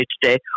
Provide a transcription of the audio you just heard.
today